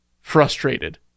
frustrated